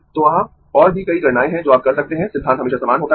तो वहां और भी कई गणनाएँ है जो आप कर सकते है सिद्धांत हमेशा समान होता है